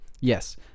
Yes